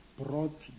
brought